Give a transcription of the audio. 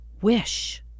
wish